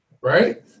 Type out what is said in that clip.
right